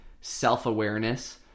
self-awareness